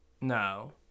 No